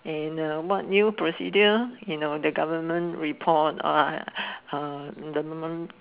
and uh what new procedure you know the government report !wah! uh in the